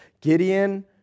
Gideon